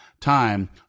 time